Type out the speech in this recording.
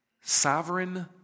Sovereign